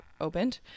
opened